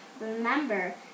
Remember